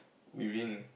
within